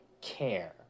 care